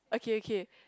okay okay